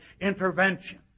intervention